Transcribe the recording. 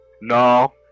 no